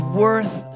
worth